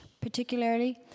particularly